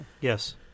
Yes